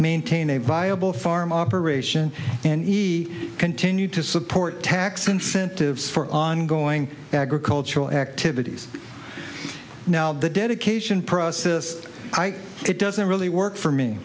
maintain a viable farm operation and he continued to support tax incentives for ongoing agricultural activities now the dedication process it doesn't really work for me